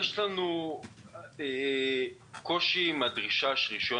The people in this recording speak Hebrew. יש לנו קושי עם הדרישה שהיעדר רישיון